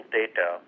data